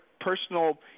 personal